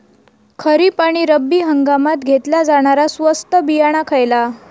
खरीप आणि रब्बी हंगामात घेतला जाणारा स्वस्त बियाणा खयला?